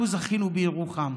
אנחנו זכינו בירוחם